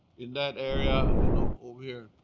in that area and over here,